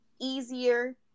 easier